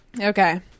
Okay